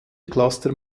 cluster